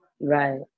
Right